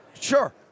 Sure